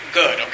good